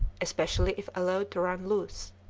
especially if allowed to run loose.